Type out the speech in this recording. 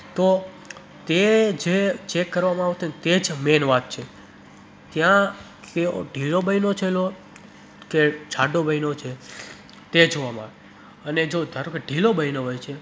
તો તે જે ચેક કરવામાં આવતું હોય ને તે જ મેઈન વાત છે ત્યાં તે ઢીલો બન્યો છે કે લોટ કે જાડો બન્યો છે તે જોવામાં આવે અને જો ધારોકે ઢીલો બન્યો હોય છે